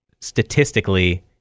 statistically